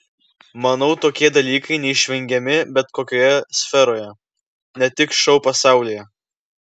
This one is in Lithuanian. manau tokie dalykai neišvengiami bet kokioje sferoje ne tik šou pasaulyje